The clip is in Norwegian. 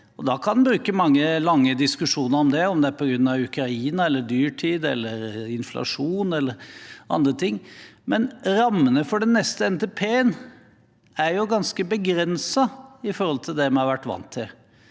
Da kan en ha mange lange diskusjoner om det, om det er på grunn av Ukraina eller dyrtid eller inflasjon eller andre ting. Men rammene for den neste NTP-en er ganske begrenset i forhold til det vi har vært vant med.